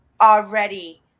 already